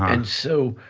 and so,